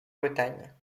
bretagne